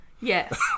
Yes